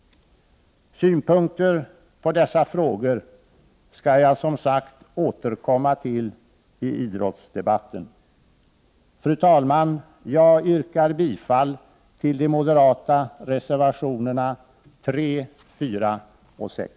Synpunkter på dessa frågor skall jag, som sagt, återkomma till i idrottsdebatten. Fru talman! Jag yrkar bifall till de moderata reservationerna 3, 4 och 6.